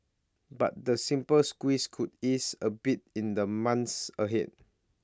but the simple squeeze could ease A bit in the months ahead